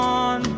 on